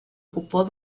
ocupó